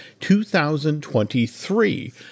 2023